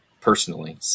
personally